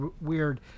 weird